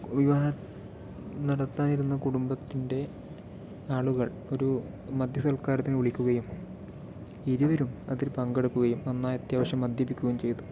വിവാഹം നടത്താനിരുന്ന കുടുംബത്തിൻ്റെ ആളുകൾ ഒരു മദ്യസൽക്കാരത്തിന് വിളിക്കുകയും ഇരുവരും അതിൽ പങ്കെടുക്കുകയും നന്നായി അത്യാവശ്യം മദ്യപിക്കുകയും ചെയ്തു